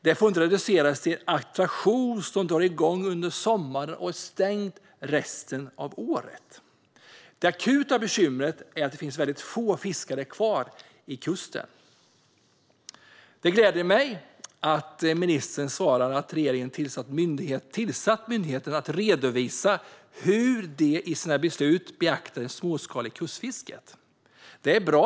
Den får inte reduceras till en attraktion som drar igång under sommaren och är stängd resten av året. Det akuta bekymret är att det finns så få fiskare kvar vid kusten. Det gläder mig att ministern svarar att regeringen har gett i uppdrag till myndigheten att redovisa hur den i sina beslut beaktar det småskaliga kustfisket. Det är bra.